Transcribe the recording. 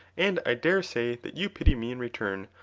and i dare say that you pity me in return,